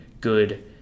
good